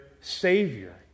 Savior